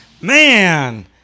Man